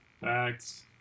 Facts